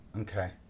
Okay